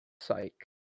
psych